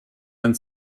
and